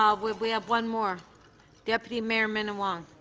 um we we have one more deputy mayor minnan-wong.